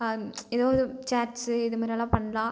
எதாவது இது ச்சேட்ஸு இது மாதிரியெல்லாம் பண்ணலாம்